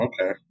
Okay